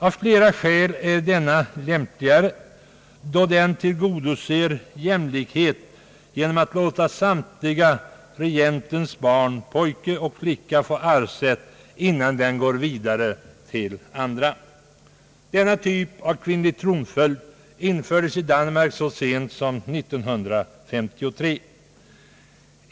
Av flera skäl är denna lämpligare då den tillgodoser jämlikhet genom att låta samtliga regentens barn, pojkar och flickor, få arvsrätt innan denna går vidare till andra. Denna typ av kvinnlig tronföljd infördes i Danmark så sent som 1953.